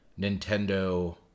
Nintendo